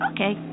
Okay